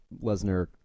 Lesnar